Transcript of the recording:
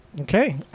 Okay